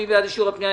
מי בעד אישור הפנייה,